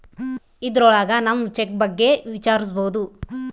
ಇದ್ರೊಳಗ ನಮ್ ಚೆಕ್ ಬಗ್ಗೆ ವಿಚಾರಿಸ್ಬೋದು